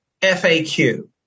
FAQ